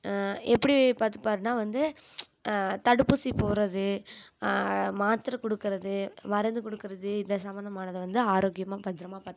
எப்படி பார்த்துப்பாருனா வந்து தடுப்பூசி போடுறது மாத்திர கொடுக்கறது மருந்து கொடுக்கறது இத சம்மந்தமானதை வந்து ஆரோக்கியமாக பத்தரமாக பாத்துக்குவார்